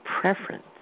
preference